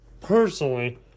personally